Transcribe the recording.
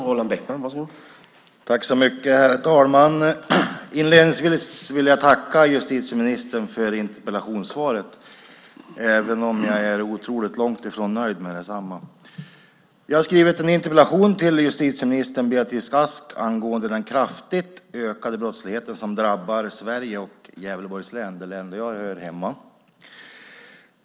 Herr talman! Inledningsvis vill jag tacka justitieministern för interpellationssvaret, även om jag är långtifrån nöjd med det. Jag har skrivit en interpellation till justitieminister Beatrice Ask angående den kraftigt ökade brottsligheten som drabbar Sverige och Gävleborgs län, det län där jag hör hemma.